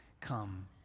come